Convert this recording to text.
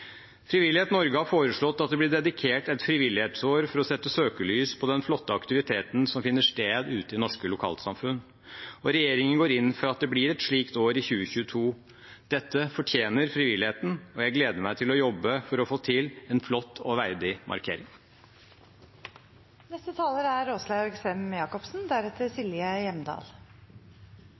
Frivillighet Norge har foreslått at det blir dedikert et frivillighetsår for å sette søkelys på den flotte aktiviteten som finner sted ute i norske lokalsamfunn. Regjeringen går inn for at det blir et slikt år i 2022. Dette fortjener frivilligheten, og jeg gleder meg til å jobbe for å få til en flott og verdig markering. Vi i Senterpartiet kaller oss frivillighetspartiet. Det gjør vi fordi frivilligheten er